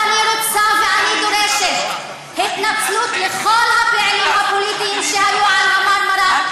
ואני רוצה ואני דורשת התנצלות לכל הפעילים הפוליטיים שהיו על ה"מרמרה",